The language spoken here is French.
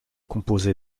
composée